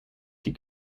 die